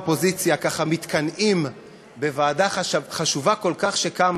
האופוזיציה ככה מתקנאים בוועדה חשובה כל כך שקמה.